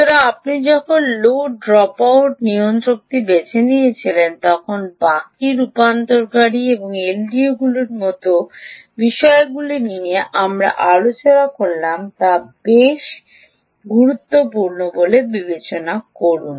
সুতরাং আপনি যখন লোড ড্রপ আউট নিয়ন্ত্রকটি বেছে নিয়েছিলেন তখন বাকী রূপান্তরকারী এবং এলডিওর মধ্যে যে বিষয়গুলি নিয়ে আমরা আলোচনা করলাম তা বেশ গুরুত্বপূর্ণ বলে বিবেচনা করুন